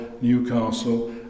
Newcastle